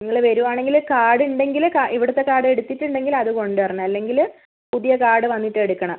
നിങ്ങൾ വരുവാണെങ്കിൽ കാർഡ് ഉണ്ടെങ്കിൽ കാ ഇവിടുത്തെ കാർഡ് എടുത്തിട്ടുണ്ടെങ്കിൽ അത് കൊണ്ട് വരണം അല്ലെങ്കിൽ പുതിയ കാർഡ് വന്നിട്ട് എടുക്കണം